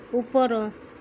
ଉପର